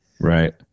right